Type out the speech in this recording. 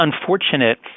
unfortunate